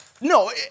no